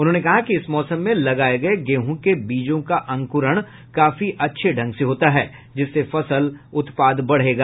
उन्होंने कहा कि इस मौसम में लगाये गये गेहूं के बीजों का अंक्रण काफी अच्छे ढंग से होता है जिससे फसल उत्पाद बढ़ेगा